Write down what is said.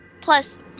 Plus